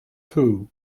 two